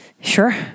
Sure